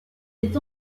est